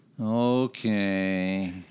Okay